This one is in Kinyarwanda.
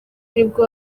nibwo